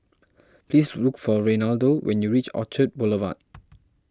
please look for Reynaldo when you reach Orchard Boulevard